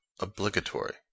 obligatory